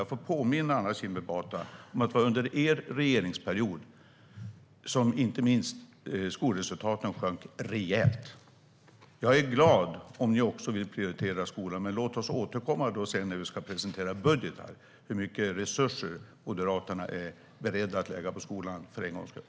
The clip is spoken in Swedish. Jag får påminna Anna Kinberg Batra om att det var under er regeringsperiod som inte minst skolresultaten sjönk rejält. Jag är glad om även ni vill prioritera skolan, men låt oss återkomma till det när vi ska presentera budgetar och då se hur mycket resurser Moderaterna är beredda att lägga på skolan - för en gångs skull.